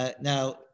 Now